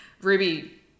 Ruby